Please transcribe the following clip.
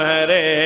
Hare